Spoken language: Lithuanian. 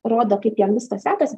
rodo kaip jiem viskas sekasi